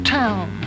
town